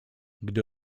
gdy